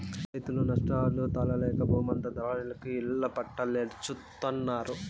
రైతులు నష్టాలు తాళలేక బూమంతా దళారులకి ఇళ్ళ పట్టాల్జేత్తన్నారు